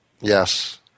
Yes